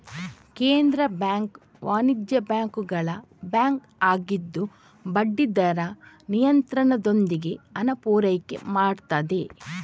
ಕೇಂದ್ರ ಬ್ಯಾಂಕು ವಾಣಿಜ್ಯ ಬ್ಯಾಂಕುಗಳ ಬ್ಯಾಂಕು ಆಗಿದ್ದು ಬಡ್ಡಿ ದರ ನಿಯಂತ್ರಣದೊಂದಿಗೆ ಹಣದ ಪೂರೈಕೆ ಮಾಡ್ತದೆ